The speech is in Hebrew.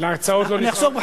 להצעות לא נשאר זמן.